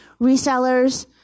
resellers